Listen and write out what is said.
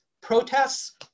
protests